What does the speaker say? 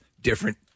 different